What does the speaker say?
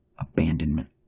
abandonment